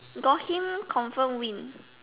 got him confirm win